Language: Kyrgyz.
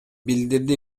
билдирди